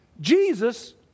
Jesus